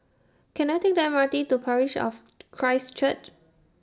Can I Take The M R T to Parish of Christ Church